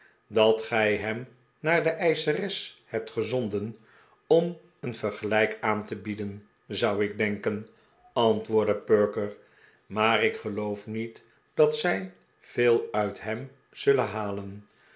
dat gij hem naar de eischeres hebt ge zonden om een vergelijk aan te bieden zou ik denken antwoordde perker maar ik geloof niet dat zij veel uit hem zullen halen